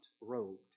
robed